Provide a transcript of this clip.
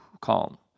calm